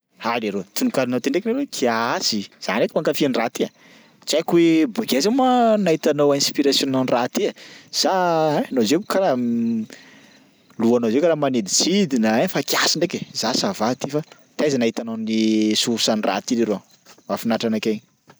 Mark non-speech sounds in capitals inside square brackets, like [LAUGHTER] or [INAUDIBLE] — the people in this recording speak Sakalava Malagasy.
Ha leroa, tononkalonao teo ndraiky leroy kiasy! Za ndraiky mankafy an'raha ty ai. Tsy haiko hoe bôkaiza moa nahitanao inspiration-nao n'raha ty e? Sa ein anao zainy karaha [HESITATION] lohanao zay karaha manidintsidina ein fa kiasy ndraiky za ça va ty fa taiza nahitanao ny source an'raha ty leroa? Mahafinaritra anakay.